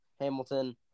Hamilton